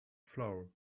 flour